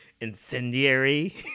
incendiary